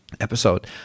episode